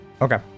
okay